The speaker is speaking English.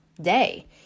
day